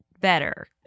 better